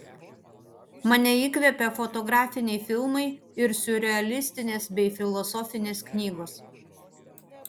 mane įkvepia fotografiniai filmai ir siurrealistinės bei filosofinės knygos